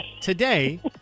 today